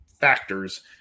factors